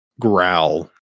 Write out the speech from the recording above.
growl